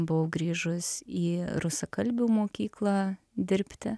buvau grįžus į rusakalbių mokyklą dirbti